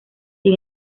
sin